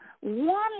one